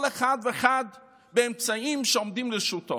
כל אחד ואחד, באמצעים שעומדים לרשותו,